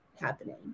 happening